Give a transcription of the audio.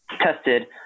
tested